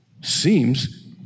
seems